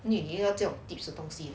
因为这种 tips 的东西